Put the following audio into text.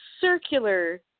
circular